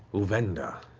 uvenda,